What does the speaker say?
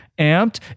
amped